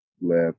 left